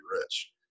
rich